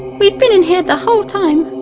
we've been in here the whole time.